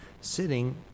sitting